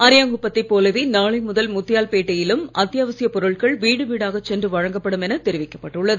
அரியாங்குப்பத்தை போலவே நாளை முதல் முத்தியால் பேட்டையிலும் அத்தியாவசியப் பொருட்கள் வீடு வீடாக சென்று வழங்கப்படும் எனத் தெரிவிக்கப் பட்டுள்ளது